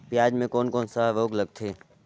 पियाज मे कोन कोन सा रोग लगथे?